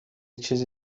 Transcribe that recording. چیز